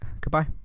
goodbye